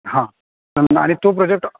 हां आणि आणि तो प्रॉजेक्ट